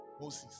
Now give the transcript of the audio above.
Moses